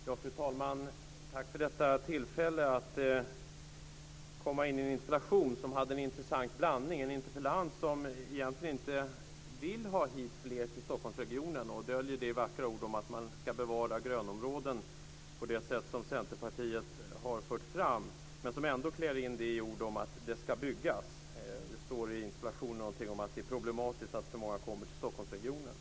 Fru talman! Tack för detta tillfälle att delta i en interpellationsdebatt som har en intressant blandning. Först är det en interpellant som egentligen inte vill ha hit fler till Stockholmsregionen, och han döljer det genom att säga att han vill bevara grönområden på det sätt som Centerpartiet har fört fram. Det står någonting i interpellationen om att det är problematiskt att det kommer så många till Stockholmsregionen.